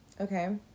Okay